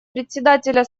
председателя